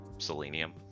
selenium